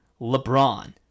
LeBron